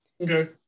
okay